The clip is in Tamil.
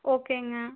ஓகேங்க